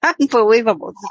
Unbelievable